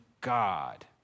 God